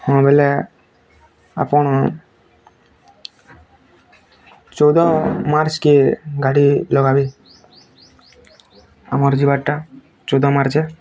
ହଁ ବୋଲେ ଆପଣ ଚୋଉଦ ମାର୍ଚ୍ଚ କେ ଗାଡ଼ି ଲଗ୍ ବି ଆମର ଯିବାଟା ଚଉଦ ମାର୍ଚ୍ଚ କେ